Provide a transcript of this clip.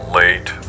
late